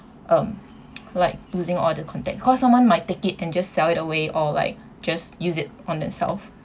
um like losing all the contact cause someone might take it and just sell it away or like just use it on themselves